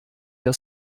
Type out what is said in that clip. der